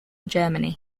germany